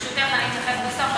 ברשותך, אני אתייחס בסוף.